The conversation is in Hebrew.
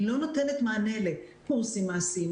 היא לא נותנת מענה לקורסים מעשיים,